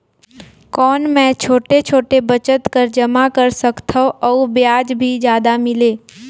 कौन मै छोटे छोटे बचत कर जमा कर सकथव अउ ब्याज भी जादा मिले?